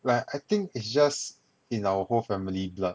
but I think is just in our whole family blood